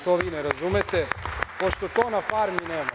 To vi ne razumete, pošto to na farmi nema.